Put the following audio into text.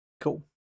cool